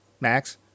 Max